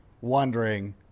wondering